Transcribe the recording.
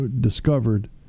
discovered